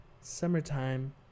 summertime